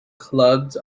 clubbed